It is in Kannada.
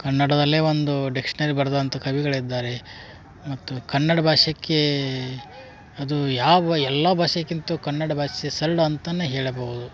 ಕನ್ನಡದಲ್ಲೇ ಒಂದೂ ಡಿಕ್ಷ್ನರಿ ಬರೆದಂಥ ಕವಿಗಳಿದ್ದಾರೆ ಮತ್ತು ಕನ್ನಡ ಭಾಷೆಗೆ ಅದು ಯಾವ ಎಲ್ಲ ಭಾಷೆಗಿಂತೂ ಕನ್ನಡ ಭಾಷೆ ಸರಳ ಅಂತಾನೆ ಹೇಳಬಹುದು